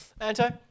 Anto